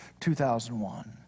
2001